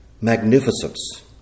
magnificence